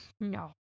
No